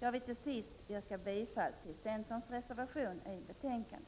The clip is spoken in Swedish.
Jag yrkar bifall till centerns reservation i betänkandet.